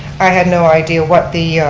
i had no idea what the